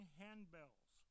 handbells